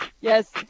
Yes